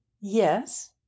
yes